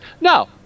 no